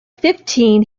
fifteen